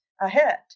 ahead